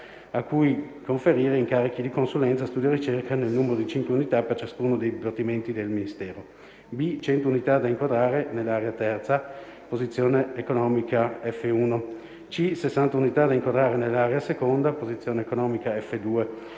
a cui conferire incarichi di consulenza, studio e ricerca nel numero di cinque unità per ciascuno dei dipartimenti del Ministero; *b)* 100 unità da inquadrare nell'Area terza - posizione economica F1; *c)* 60 unità da inquadrare nell'Area seconda - posizione economica F2.